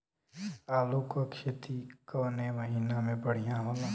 आलू क खेती कवने महीना में बढ़ियां होला?